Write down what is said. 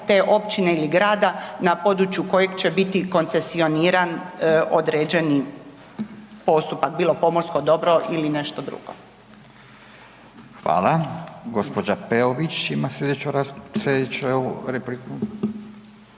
te općine ili grada na području kojeg će biti koncesioniran određeni postupak bilo pomorsko dobro ili nešto drugo. **Radin, Furio (Nezavisni)** Hvala. Gospođa Peović ima sljedeću repliku.